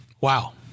Wow